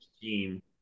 team